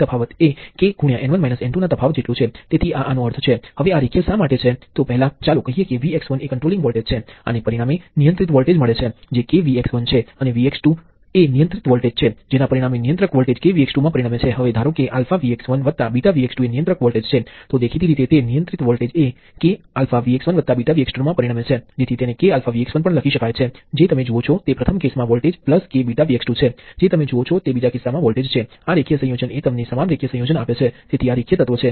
હવે મેં સ્વતંત્ર પ્ર્વાહ સ્રોતોની ચર્ચા કરતી વખતે જણાવ્યું હતું કે ફક્ત પ્ર્વાહ સ્રોતને આ રીતે ખુલ્લા નોડ સાથે દોરવા એ કાયદેસર નથી કારણ કે તે કિર્ચહોફના પ્ર્વાહ ના કાયદાનું ઉલ્લંઘન કરે છે પરંતુ કેટલાક મનસ્વી સર્કિટને જોડતા રહેવું મુશ્કેલ છે આપણે કલ્પના કરવી પડશે કે આ કેટલીક સર્કિટ સાથે જોડાયેલ છે તે કા તો સ્વતંત્ર પ્રવાહ સ્ત્રોત અથવા નિયંત્રિત પ્ર્વાહ સ્રોતના મૂલ્ય દ્વારા આપવામાં આવે છે